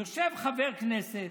יושבים חבר כנסת,